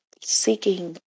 seeking